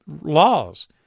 laws